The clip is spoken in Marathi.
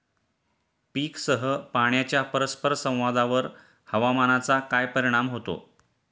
पीकसह पाण्याच्या परस्पर संवादावर हवामानाचा काय परिणाम होतो?